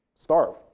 Starve